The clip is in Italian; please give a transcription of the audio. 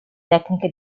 tecniche